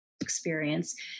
experience